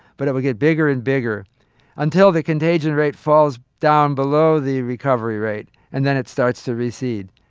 but it will get bigger and bigger until the contagion rate falls down below the recovery rate, and then it starts to recede.